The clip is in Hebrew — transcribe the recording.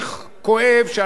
שאני בעצמי,